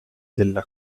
della